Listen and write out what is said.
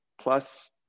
plus